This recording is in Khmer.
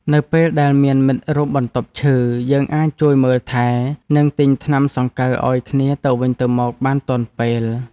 នៅពេលដែលមានមិត្តរួមបន្ទប់ឈឺ យើងអាចជួយមើលថែ និងទិញថ្នាំសង្កូវឱ្យគ្នាទៅវិញទៅមកបានទាន់ពេល។